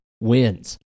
wins